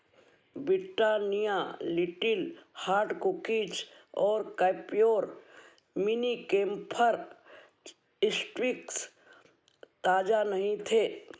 Britannia little heart cookies और कैप्योर mini केम्फर इस्टविक्स ताज़ा नहीं थे